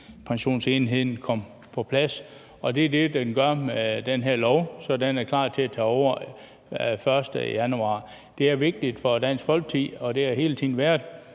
seniorpensionsenheden kom på plads. Det er det, den gør med den her lov, så den er klar til at tage over 1. januar. Det er vigtigt for Dansk Folkeparti, og det har hele tiden været